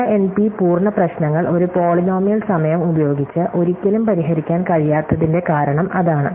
ചില എൻപി പൂർണ്ണ പ്രശ്നങ്ങൾ ഒരു പോളിനോമിയൽ സമയം ഉപയോഗിച്ച് ഒരിക്കലും പരിഹരിക്കാൻ കഴിയാത്തതിൻറെ കാരണം അതാണ്